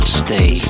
stay